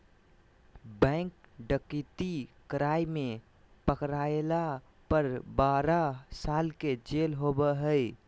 bank डकैती कराय में पकरायला पर बारह साल के जेल होबा हइ